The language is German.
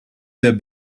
der